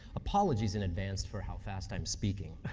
apologies in advance for how fast i'm speaking.